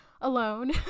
alone